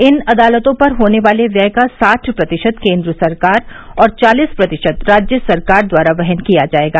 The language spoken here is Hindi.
इन अदालतों पर होने वाले व्यय का साठ प्रतिशत केंद्र सरकार और चालीस प्रतिशत राज्य सरकार द्वारा वहन किया जाएगा